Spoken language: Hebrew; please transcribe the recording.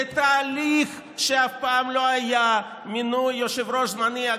לתהליך שאף פעם לא היה, מינוי יושב-ראש זמני.